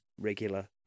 regular